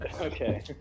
Okay